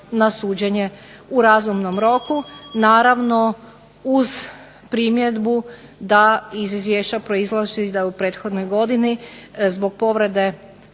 na suđenje u razumnom roku. Naravno uz primjedbu da iz izvješća proizlazi da u prethodnoj godini zbog povrede